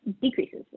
decreases